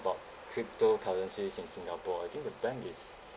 about cryptocurrencies in singapore I think the bank is